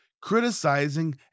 criticizing